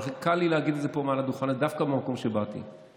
קל לי להגיד את זה פה מעל לדוכן דווקא מהמקום שבאתי ממנו.